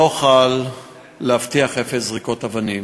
לא אוכל להבטיח אפס זריקות אבנים,